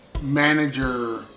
manager